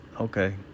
Okay